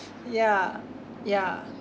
yeah yeah